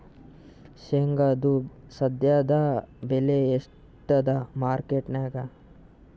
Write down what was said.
ಶೇಂಗಾದು ಸದ್ಯದಬೆಲೆ ಎಷ್ಟಾದಾ ಮಾರಕೆಟನ್ಯಾಗ?